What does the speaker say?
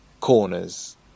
corners